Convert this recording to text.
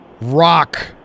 rock